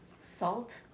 Salt